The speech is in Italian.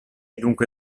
dunque